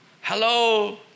Hello